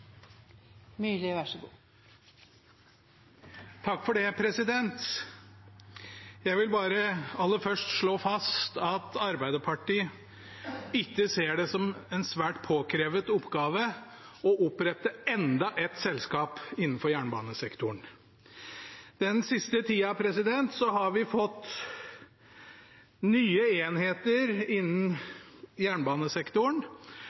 ikke ser det som en svært påkrevd oppgave å opprette enda et selskap innenfor jernbanesektoren. Den siste tida har vi fått nye enheter